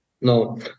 No